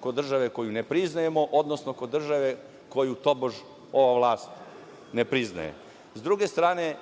kod države koju ne priznajemo, odnosno kod države koju tobož ova vlast ne priznaje.S